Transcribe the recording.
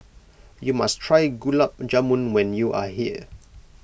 you must try Gulab Jamun when you are here